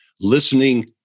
Listening